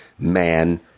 man